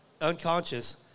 unconscious